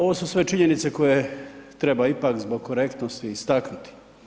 Ovo su sve činjenice koje treba ipak zbog korektnosti istaknuti.